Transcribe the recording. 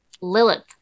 Lilith